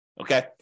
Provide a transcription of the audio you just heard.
okay